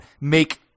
make